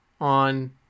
on